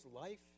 life